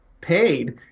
paid